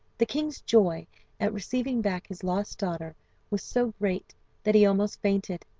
the king's joy at receiving back his lost daughter was so great that he almost fainted,